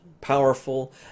powerful